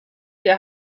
der